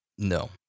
No